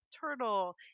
turtle